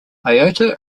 iota